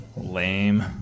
lame